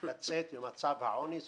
לצאת ממצב העוני,